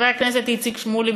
חבר הכנסת איציק שמולי,